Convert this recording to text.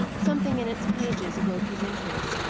something in its pages awoke his interest,